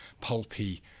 pulpy